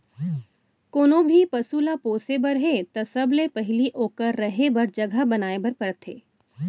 कोनों भी पसु ल पोसे बर हे त सबले पहिली ओकर रहें बर जघा बनाए बर परथे